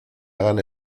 hagan